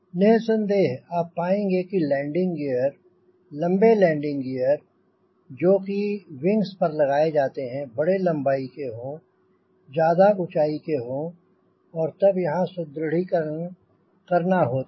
निसंदेह आप पाएंँगे कि लैंडिंग गियर लंबे लैंडिंग गियर जो कि विंग्स पर लगाए जाते हैं बड़ी लंबाई के हों ज्यादा ऊंँचाई के हो और तब यहांँ सुदृढ़ीकरण कसा होता है